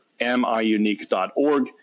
miunique.org